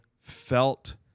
felt